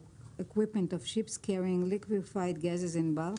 Equipment of Ships Carrying Liquefied Gases in Bulk",